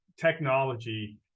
technology